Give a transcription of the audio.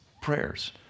prayers